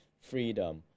freedom